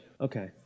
okay